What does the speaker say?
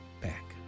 back